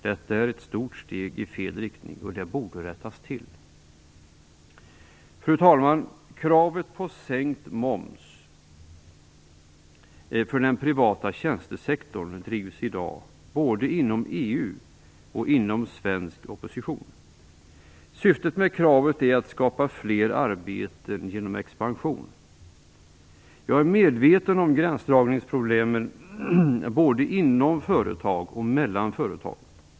Detta är ett stort steg i fel riktning, och det borde rättas till. Fru talman! Kravet på sänkt moms för den privata tjänstesektorn drivs i dag både inom EU och inom svensk opposition. Syftet med kravet är att skapa fler arbeten genom expansion. Jag är medveten om gränsdragningsproblemen både inom företag och mellan företag.